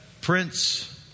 Prince